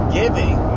giving